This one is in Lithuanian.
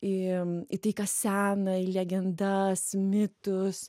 į į tai kas sena į legendas mitus